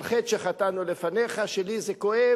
על חטא שחטאנו לפניך, שלי זה כואב,